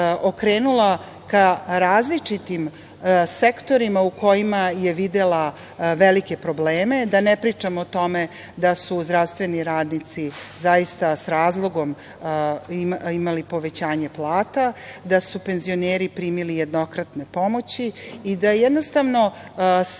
okrenula ka različitim sektorima u kojima je videla velike probleme. Da ne pričamo o tome da su zdravstveni radnici zaista s razlogom imali povećanja plata, da su penzioneri primili jednokratne pomoći i da se na sve